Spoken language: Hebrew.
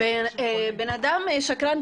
בן אדם שקרן,